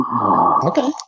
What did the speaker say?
Okay